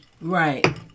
Right